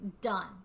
done